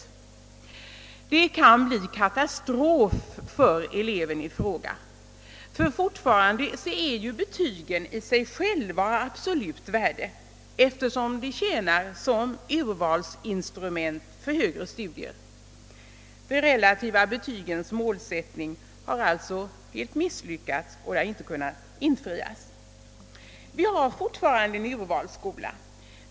En sådan åtgärd kan betyda katastrof för den elev som drabbas. Betygen är ju fortfarande i sig själva av absolut värde, eftersom de tjänar som urvalsinstrument för högre studier. Man har misslyckats med att infria de relativa betygens målsättning. Vi har fortfarande en urvalsskola.